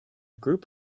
group